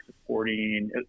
supporting